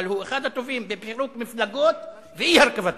אבל הוא אחד הטובים בפירוק מפלגות ואי-הרכבתן.